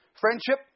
friendship